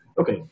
okay